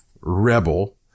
Rebel